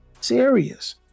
serious